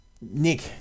Nick